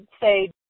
say